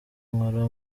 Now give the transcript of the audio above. nkora